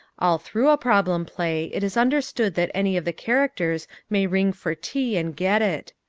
all through a problem play it is understood that any of the characters may ring for tea and get it.